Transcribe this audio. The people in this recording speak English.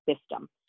system